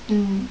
mm